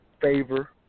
favor